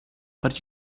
but